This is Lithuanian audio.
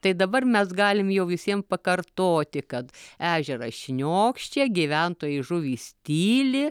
tai dabar mes galim jau visiem pakartoti kad ežeras šniokščia gyventojai žuvys tyli